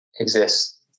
exists